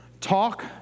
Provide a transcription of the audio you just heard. talk